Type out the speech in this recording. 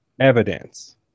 Evidence